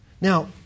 Now